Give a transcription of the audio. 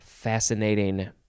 fascinating